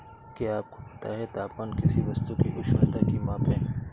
क्या आपको पता है तापमान किसी वस्तु की उष्णता की माप है?